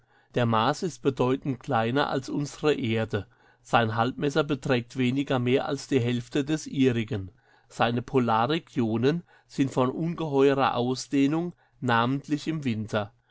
der mars ist bedeutend kleiner als unsre erde sein halbmesser beträgt wenig mehr als die hälfte des ihrigen seine polarregionen sind von ungeheurer ausdehnung namentlich im winter